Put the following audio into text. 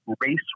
race